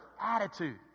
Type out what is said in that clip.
attitude